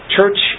Church